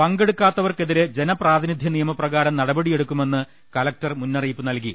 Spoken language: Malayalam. പങ്കെടുക്കാത്തവർക്കെതിരെ ജനപ്രാതിനിധ്യ നിയ മപ്രകാരം നടപടിയെടുക്കുമെന്ന് കലക്ടർ മുന്നറിയിപ്പ് നൽകി